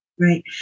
Right